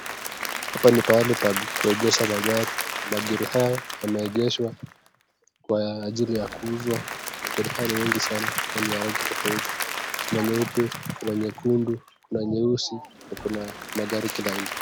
Hapa ni pahali pa kuegesha magari. Magari haya yameegeshwa kwa ajili ya kuuzwa. Magari haya ni mengi sana na ni ya rangi tofauti. Kuna nyeupe, kuna nyekundu, kuna nyeusi na kuna magari kila aina.